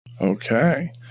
Okay